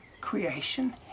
creation